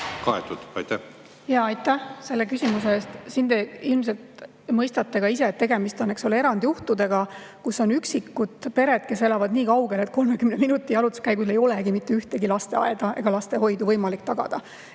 lasteaiast asub. Aitäh selle küsimuse eest! Siin ilmselt te mõistate ka ise, et tegemist on erandjuhtudega, kus on üksikud pered, kes elavad nii kaugel, et 30 minuti jalutuskäigu kaugusel ei olegi mitte ühtegi lasteaeda ega lastehoidu võimalik tagada.